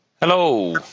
hello